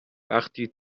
وقتی